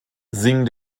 singen